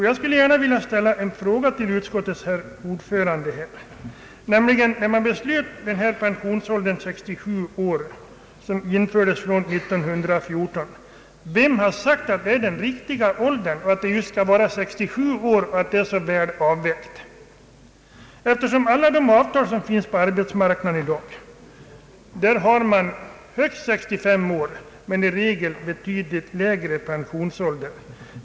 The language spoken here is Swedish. Jag skulle gärna vilja ställa en fråga till utskottets ordförande: När pensionsåldern 67 år, som infördes från 1914, beslöts, vem sade att det är den riktiga åldern, att det just skall vara 67 år och att det skett en riktig avvägning? Enligt alla avtal på arbetsmarknaden utgår i regel pension vid betydligt lägre ålder och vid högst 65 år.